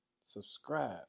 subscribe